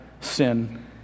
sin